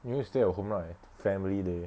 you need stay at home right family day